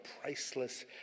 priceless